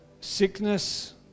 sickness